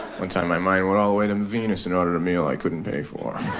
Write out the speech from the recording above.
one time my mind went all the way to venus and ordered a meal i couldn't pay for.